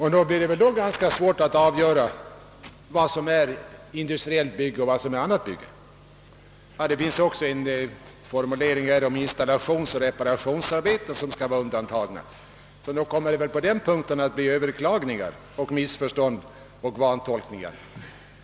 Nog blir det ibland ganska svårt att avgöra vad som är industriellt bygge och vad som inte är det. Det finns också en formulering om installationsoch reparationsarbeten som skall vara undantagna. Förvisso kommer det på den punkten att bli överklaganden, missförstånd och vantolkningar.